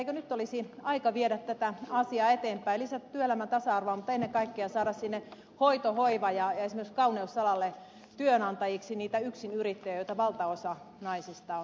eikö nyt olisi aika viedä tätä asiaa eteenpäin lisätä työelämän tasa arvoa mutta ennen kaikkea saada sinne hoito hoiva ja esimerkiksi kauneusalalle työnantajiksi niitä yksinyrittäjiä joita valtaosa naisista on